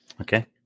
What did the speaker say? Okay